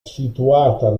situata